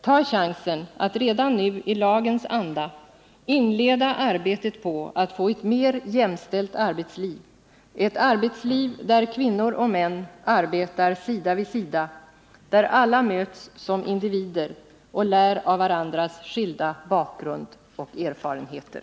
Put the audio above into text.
Ta chansen att redan nu, i lagens anda, inleda arbetet på att få ett mer jämställt arbetsliv, ett arbetsliv där kvinnor och män arbetar sida vid sida, där alla möts som individer och lär av varandras skilda bakgrund och erfarenheter.